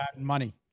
money